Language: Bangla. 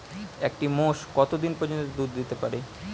একটি মোষ কত দিন পর্যন্ত দুধ দিতে পারে?